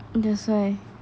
that's why